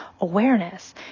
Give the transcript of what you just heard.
awareness